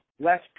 less